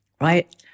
right